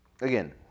again